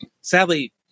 sadly